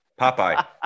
Popeye